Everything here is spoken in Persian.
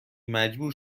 مجبور